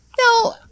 No